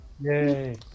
Yay